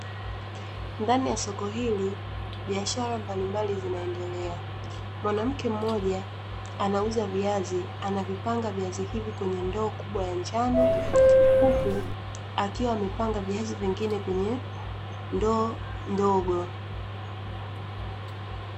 Ndani ya soko hili, biashara mbali mbali zina endelea, mwanamke mmoja anauza viazi anavipanga viazi hivi kwenye ndoo kubwa ya njano, huku akiwa amepanga viazi vingine kwenye ndoo ndogo.